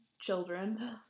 children